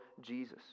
Jesus